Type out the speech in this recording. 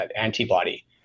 antibody